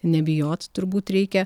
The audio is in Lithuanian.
nebijot turbūt reikia